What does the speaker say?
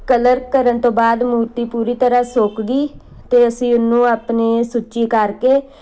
colour ਕਰਨ ਤੋਂ ਬਾਅਦ ਮੂਰਤੀ ਪੂਰੀ ਤਰ੍ਹਾਂ ਸੁੱਕ ਗਈ ਅਤੇ ਅਸੀਂ ਉਹਨੂੰ ਆਪਣੇ ਸੁੱਚੀ ਕਰਕੇ